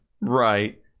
Right